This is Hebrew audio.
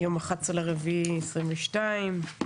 היום 11 באפריל 2022,